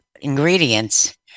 ingredients